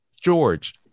George